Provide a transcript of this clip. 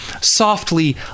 softly